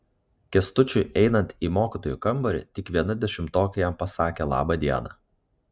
kęstučiui einant į mokytojų kambarį tik viena dešimtokė jam pasakė laba diena